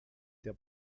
der